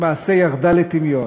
למעשה ירד לטמיון.